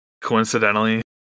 Coincidentally